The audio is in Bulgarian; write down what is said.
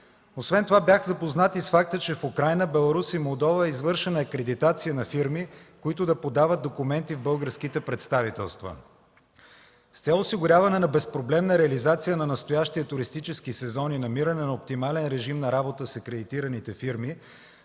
своевременно. Бях запознат и с факта, че в Украйна, Беларус и Молдова е извършена акредитация на фирми, които да подават документи в българските представителства. С цел осигуряване на безпроблемна реализация на настоящия туристически сезон и намиране на оптимален режим на работа с акредитираните фирми